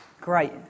great